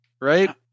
Right